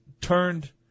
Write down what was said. turned